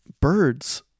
Birds